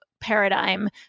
paradigm